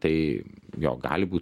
tai jo gali būt